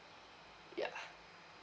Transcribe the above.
ya